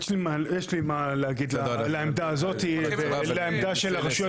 יש לי מה להגיד על העמדה הזאת ועל העמדה של הרשויות